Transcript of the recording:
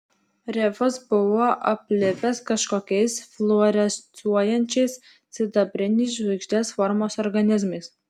rifas buvo aplipęs kažkokiais fluorescuojančiais sidabriniais žvaigždės formos organizmais